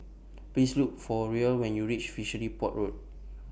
Please Look For Ruel when YOU REACH Fishery Port Road